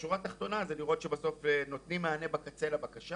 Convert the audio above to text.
השורה התחתונה היא לראות שבסוף נותנים מענה בקצה לבקשה.